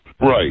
Right